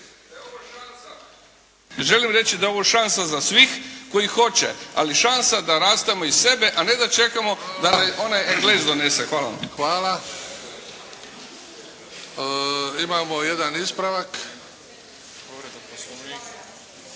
želim da je ovo šansa za svih koji hoće, ali šansa da rastemo iz sebe, a ne da čekamo da je onaj Englez donese. Hvala vam. **Bebić, Luka